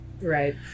Right